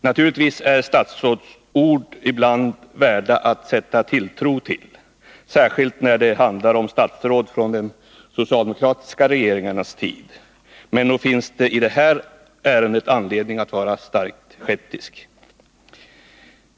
Naturligtvis är statsråds ord ibland värda att sätta tilltro till, särskilt när det handlar om statsråd från de socialdemokratiska regeringarnas tid, men nog finns det i det här ärendet anledning att vara starkt skeptisk.